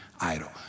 idol